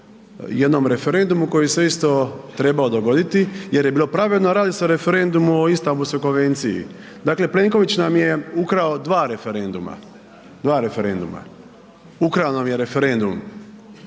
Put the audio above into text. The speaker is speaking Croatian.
o jednom referendumu koji se isto trebao dogoditi jer je bilo pravedno, radi se o referendumu o Istambulskoj konvenciji, dakle Plenković nam je ukrao dva referenduma, dva referenduma, ukrao nam je referendum